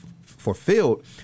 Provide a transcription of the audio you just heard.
fulfilled